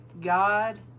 God